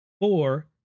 Four